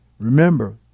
remember